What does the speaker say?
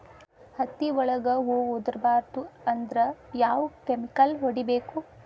ಹತ್ತಿ ಒಳಗ ಹೂವು ಉದುರ್ ಬಾರದು ಅಂದ್ರ ಯಾವ ಕೆಮಿಕಲ್ ಹೊಡಿಬೇಕು?